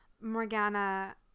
Morgana